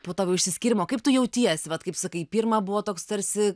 po tokio išsiskyrimo kaip tu jautiesi vat kaip sakau pirma buvo toks tarsi